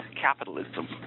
capitalism